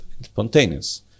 Spontaneous